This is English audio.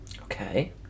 okay